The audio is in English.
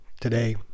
Today